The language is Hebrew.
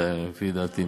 לפי דעתי.